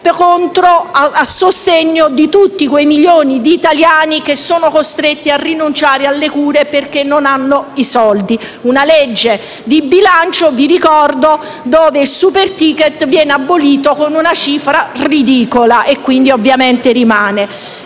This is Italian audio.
a sostegno di tutti quei milioni di italiani costretti a rinunciare alle cure, perché non hanno i soldi; una legge di bilancio - vi ricordo - dove il *super ticket* viene abolito con una cifra ridicola e, quindi, rimane.